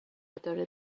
داره